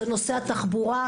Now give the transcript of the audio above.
זה נושא התחבורה,